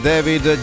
David